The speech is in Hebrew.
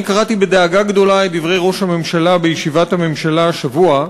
אני קראתי בדאגה גדולה את דברי ראש הממשלה בישיבת הממשלה השבוע: